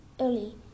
Early